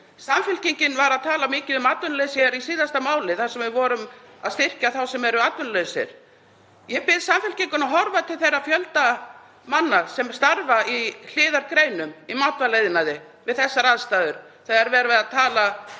Samfylkingin talaði mikið um atvinnuleysi í síðasta máli þar sem við vorum að styrkja þá sem eru atvinnulausir. Ég bið Samfylkinguna að horfa til þeirra fjöldamörgu sem starfa í hliðargreinum í matvælaiðnaði við þessar aðstæður þegar verið er að tala